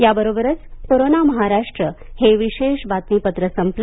याबरोबरच कोरोना महाराष्ट्र हे विशेष बातमीपत्र संपलं